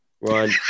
Run